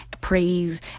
praise